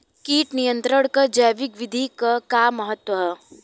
कीट नियंत्रण क जैविक विधि क का महत्व ह?